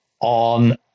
on